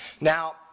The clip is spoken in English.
Now